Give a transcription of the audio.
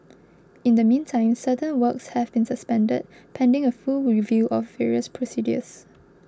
in the meantime certain works have been suspended pending a full review of various procedures